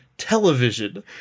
television